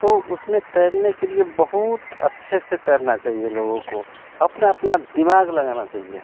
तो उसमें तैरने के लिए बहुत अच्छे से तैरना चाहिए लोगों को अपना अपना दिमाग़ लगाना चाहिए